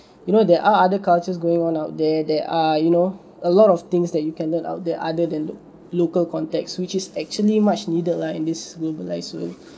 you know there are other cultures going on out there that are you know a lot of things that you can learn out there other than look local context which is actually much needed lah in this globalised world